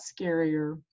scarier